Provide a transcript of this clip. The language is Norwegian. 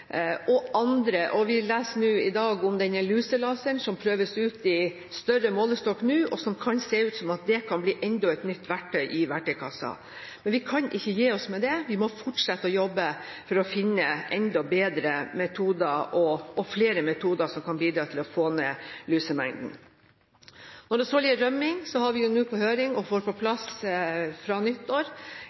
og andre. Vi leser i dag om denne luselaseren som nå prøves ut i større målestokk, og det kan se ut som det kan bli enda et nytt verktøy i verktøykassa. Vi kan ikke gi oss med det, vi må fortsette å jobbe for å finne flere og enda bedre metoder som kan bidra til å få ned lusemengden. Når det så gjelder rømming, har vi nå på høring, og får på plass fra